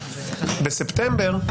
בספטמבר,